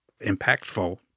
impactful